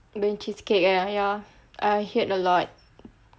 you mean cheesecake ah ya I heard a lot